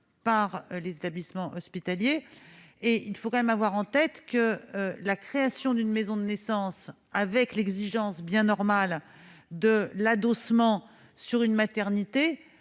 par les établissements hospitaliers. Il faut tout de même avoir en tête que la création d'une maison de naissance, avec l'exigence bien normale de l'adossement sur une maternité,